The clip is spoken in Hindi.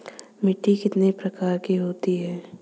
मिट्टी कितने प्रकार की होती हैं?